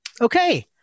okay